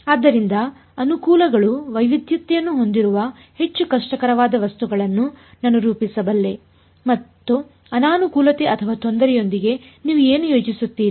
ಆದ್ದರಿಂದ ಅನುಕೂಲಗಳು ವೈವಿಧ್ಯತೆಯನ್ನು ಹೊಂದಿರುವ ಹೆಚ್ಚು ಕಷ್ಟಕರವಾದ ವಸ್ತುಗಳನ್ನು ನಾನು ರೂಪಿಸಬಲ್ಲೆ ಮತ್ತು ಅನಾನುಕೂಲತೆ ಅಥವಾ ತೊಂದರೆಯೊಂದಿಗೆ ನೀವು ಏನು ಯೋಚಿಸುತ್ತೀರಿ